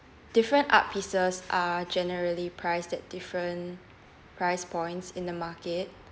different art pieces are generally priced at different price points in the market